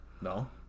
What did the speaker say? No